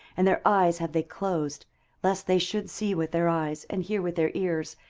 and their eyes have they closed lest they should see with their eyes, and hear with their ears,